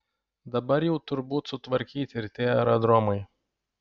dabar jau turbūt sutvarkyti ir tie aerodromai